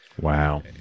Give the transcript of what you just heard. Wow